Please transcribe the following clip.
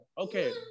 Okay